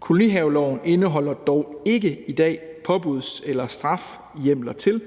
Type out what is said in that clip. Kolonihaveloven indeholder dog ikke i dag påbuds- eller strafhjemler til,